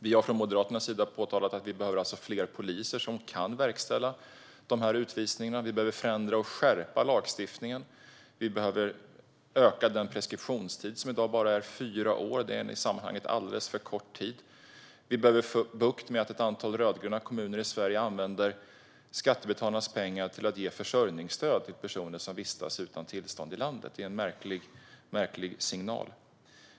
Vi har från Moderaternas sida påtalat att vi behöver fler poliser som kan verkställa utvisningarna. Vi behöver förändra och skärpa lagstiftningen. Vi behöver öka den preskriptionstid som i dag bara är fyra år. Det är en i sammanhanget alldeles för kort tid. Vi behöver få bukt med att ett antal rödgröna kommuner i Sverige använder skattebetalarnas pengar till att ge försörjningsstöd till personer som vistas utan tillstånd i landet, för det ger en märklig signal.